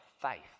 faith